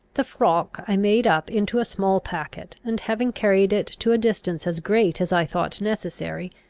the frock i made up into a small packet, and, having carried it to a distance as great as i thought necessary,